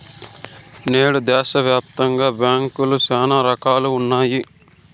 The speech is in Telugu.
నేడు దేశాయాప్తంగా బ్యాంకులు శానా రకాలుగా ఉన్నాయి